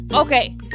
Okay